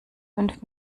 fünf